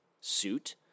suit